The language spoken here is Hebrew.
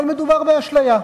אבל מדובר באשליה.